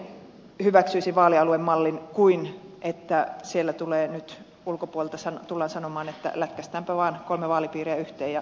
mieluummin hyväksyisin vaalialuemallin kuin sen että siellä tullaan nyt ulkopuolelta sanomaan että lätkäistäänpä vaan kolme vaalipiiriä yhteen ja siinä hyvä